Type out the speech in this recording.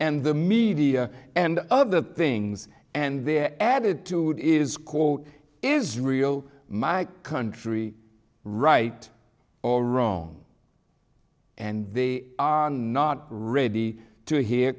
and the media and other things and their added to it is quote israel my country right or wrong and they are not ready to hear